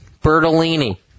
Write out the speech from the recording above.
Bertolini